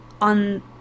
on